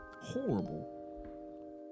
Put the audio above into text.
horrible